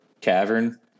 cavern